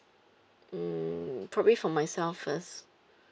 hmm probably for myself first